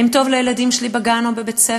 האם טוב לילדים שלי בגן או בבית-הספר?